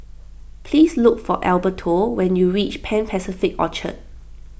pease look for Alberto when you reach Pan Pacific Orchard